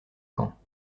camps